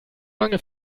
lange